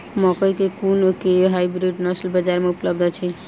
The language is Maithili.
मकई केँ कुन केँ हाइब्रिड नस्ल बजार मे उपलब्ध अछि?